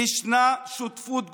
ישנה שותפות גורל.